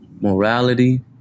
morality